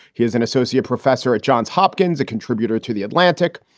he is an associate professor at johns hopkins, a contributor to the atlantic,